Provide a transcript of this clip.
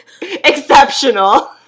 Exceptional